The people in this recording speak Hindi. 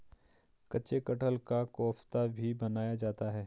कच्चे कटहल का कोफ्ता भी बनाया जाता है